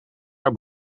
haar